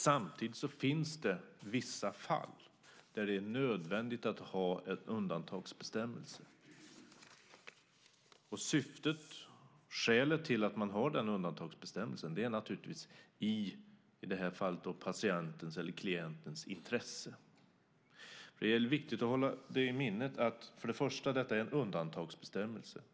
Samtidigt finns det vissa fall där det är nödvändigt att ha en undantagsbestämmelse. Skälet till att man har den undantagsbestämmelsen är naturligtvis i det här fallet patientens eller klientens intresse. Det är viktigt att hålla i minnet för det första att detta är en undantagsbestämmelse.